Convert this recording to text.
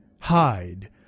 hide